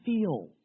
feel